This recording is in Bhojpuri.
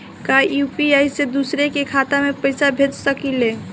का यू.पी.आई से दूसरे के खाते में पैसा भेज सकी ले?